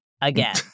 again